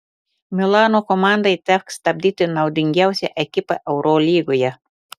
milano komandai teks stabdyti naudingiausią ekipą eurolygoje